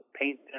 paint